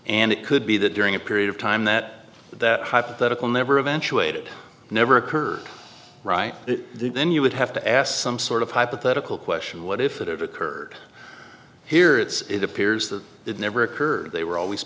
and it could be that during a period of time that that hypothetical never eventually made it never occur right then you would have to ask some sort of hypothetical question what if it ever occurred here it's it appears that it never occurred they were always